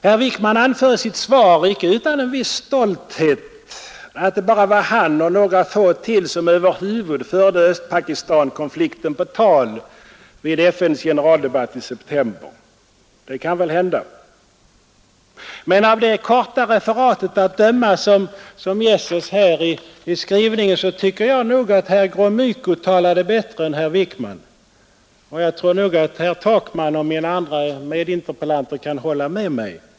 Herr Wickman säger i sitt svar icke utan en viss stolthet att han var en av de få som över huvud taget förde Östpakistankonflikten på tal vid FN:s generaldebatt i september. Det kan väl hända. Men att döma av det korta referat som vi fick i utrikesministerns svar tycker jag nog att herr Gromyko talade bättre än herr Wickman, Jag tror att herr Takman och mina övriga medinterpellanter kan instämma i detta.